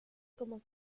como